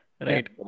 Right